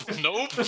Nope